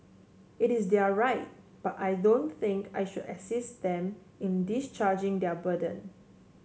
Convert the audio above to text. it is their right but I don't think I should assist them in discharging their burden